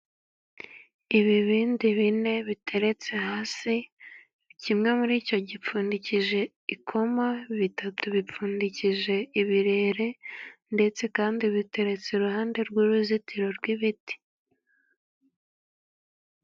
Ibibindi bine bitereretse hasi, kimwe muri cyo gipfundikije ikoma, bitatu bipfundikije ibirere, ndetse kandi biteretse iruhande rw'uruzitiro rw'ibiti.